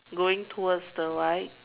going towards the right